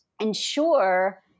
ensure